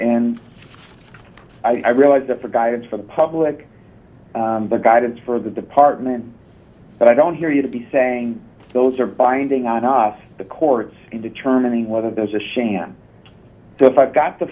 and i realize that for guidance for the public but guidance for the department but i don't hear you to be saying those are binding on us the courts in determining whether there's a sham if i've got the